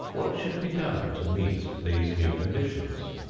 what should be done to meet these new conditions?